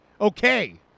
okay